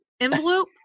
envelope